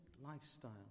lifestyle